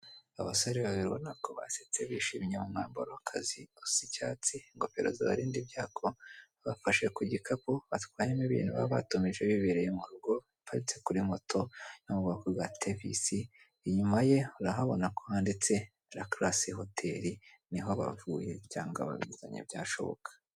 Abasore babiri ubona ko basetse bishimye mu mwambaro w'akazi usa icyatsi, ingofero zibarinda ibyago, bafashe ku gikapu batwayemo ibintu baba batumije bibereye mu rugo, biteretse kuri moto yo mu bwoko bwa tevisi, inyuma ye urahabona ko handitse lakarase hoteli, niho bavuye cyangwa babizanye byashoboka.